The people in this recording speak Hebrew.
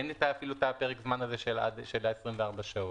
אין אפילו את פרק הזמן הזה של 24 שעות.